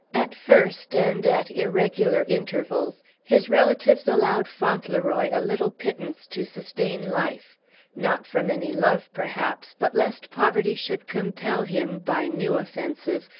at first, and at irregular intervals, his relatives allowed fauntleroy a little pittance to sustain life not from any love, perhaps, but lest poverty should compel him, by new offences,